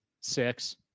Six